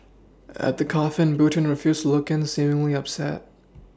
at the coffin button refused to look in seemingly upset